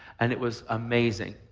and it was amazing.